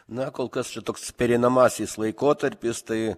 na kol kas čia toks pereinamasis laikotarpis tai